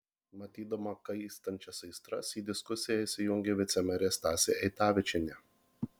matydama kaistančias aistras į diskusiją įsijungė vicemerė stasė eitavičienė